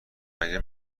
مگه